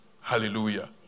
Hallelujah